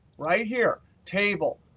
right here, table.